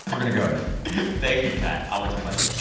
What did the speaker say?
we're going to go now thank you, kai. always a pleasure